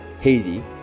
haiti